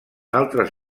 altres